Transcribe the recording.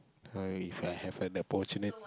hi If I have an